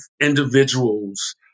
individuals